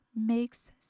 makes